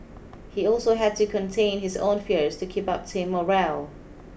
he also had to contain his own fears to keep up team morale